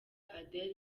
adele